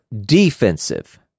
defensive